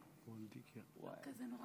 כבוד השרה,